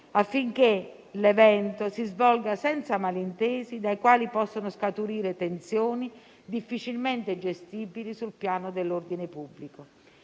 affinché l'evento si svolga senza malintesi, dai quali possono scaturire tensioni difficilmente gestibili sul piano dell'ordine pubblico.